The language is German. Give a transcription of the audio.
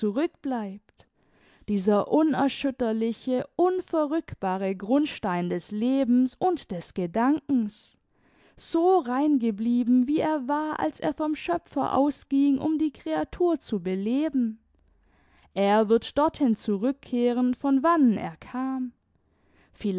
zurückbleibt dieser unerschütterliche unverrückbare grundstein des lebens und des gedankens so rein geblieben wie er war als er vom schöpfer ausging um die kreatur zu beleben er wird dorthin zurückkehren von wannen er kam